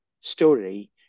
story